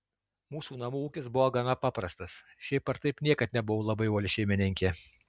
mūsų namų ūkis buvo gana paprastas šiaip ar taip niekad nebuvau labai uoli šeimininkė